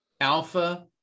alpha